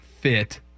fit